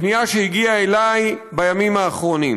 פנייה שהגיעה אלי בימים האחרונים,